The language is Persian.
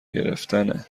گرفتنه